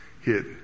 hit